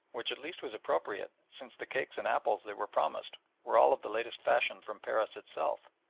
which at least was appropriate, since the cakes and apples they were promised were all of the latest fashion from paris itself.